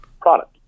product